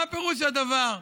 מה פירוש הדבר,